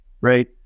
Right